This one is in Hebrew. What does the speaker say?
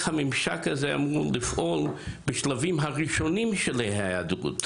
איך הממשק הזה אמור לפעול בשלבים הראשונים של ההיעדרות,